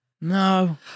No